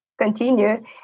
continue